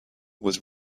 was